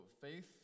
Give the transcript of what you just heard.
faith